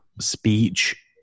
speech